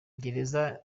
gereza